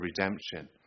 redemption